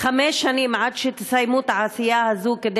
חמש שנים עד שתסיימו את העשייה הזאת כדי